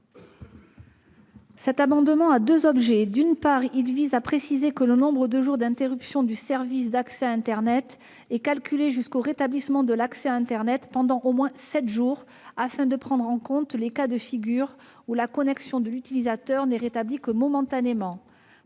Cet amendement a deux objets. Tout d'abord, il vise à préciser que le nombre de jours d'interruption du service d'accès à internet est calculé jusqu'au rétablissement de l'accès à internet pendant au moins sept jours, afin de prendre en compte les cas de figure dans lesquels la connexion de l'utilisateur n'est rétablie que momentanément.